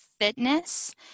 fitness